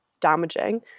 damaging